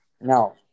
Now